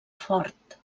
fort